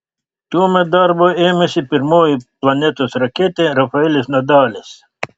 tuomet darbo ėmėsi pirmoji planetos raketė rafaelis nadalis